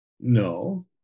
no